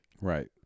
Right